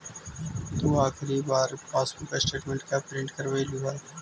तु आखिरी बार पासबुक स्टेटमेंट कब प्रिन्ट करवैलु हल